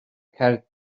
cerdd